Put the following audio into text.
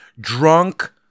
drunk